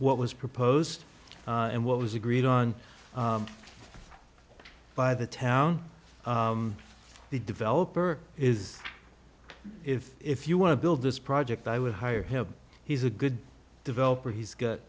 what was proposed and what was agreed on by the town the developer is if if you want to build this project i would hire him he's a good developer he's got